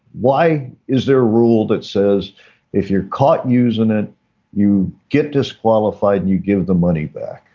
why is there a rule that says if you're caught using it you get disqualified and you give the money back.